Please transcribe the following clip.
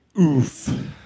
Oof